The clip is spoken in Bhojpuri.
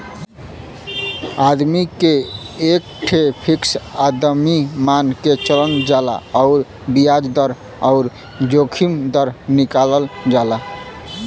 आदमी के एक ठे फ़िक्स आमदमी मान के चलल जाला अउर बियाज दर अउर जोखिम दर निकालल जाला